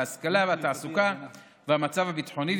ההשכלה והתעסוקה והמצב הביטחוני,